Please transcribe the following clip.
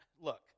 look